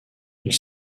ils